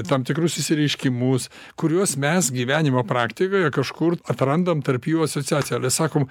tam tikrus išsireiškimus kuriuos mes gyvenimo praktikoje kažkur atrandam tarp jų asociaciją ir sakom